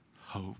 hope